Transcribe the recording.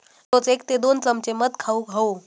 रोज एक ते दोन चमचे मध खाउक हवो